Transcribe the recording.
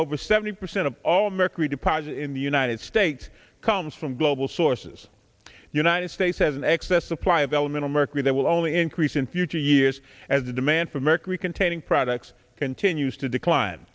over seventy percent of all american deposits in the united states comes from global sources united states has an excess supply of elemental mercury that will only increase in future years as the demand for mercury containing products continues to decline